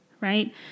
right